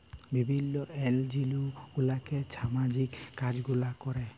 বিভিল্ল্য এলজিও গুলাতে ছামাজিক কাজ গুলা ক্যরে